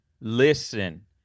listen